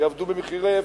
שעובדים במחירי אפס,